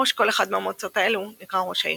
ראש כל אחד מהמועצת הללו נקרא "ראש העיר"